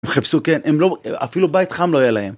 חפשו כן הם לא אפילו בית חם לא היה להם.